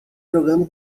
jogando